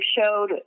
showed